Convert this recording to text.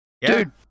Dude